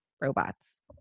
robots